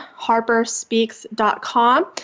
Harperspeaks.com